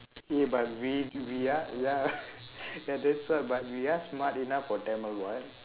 eh but we we are ah ya ya that's why but we are smart enough for tamil [what]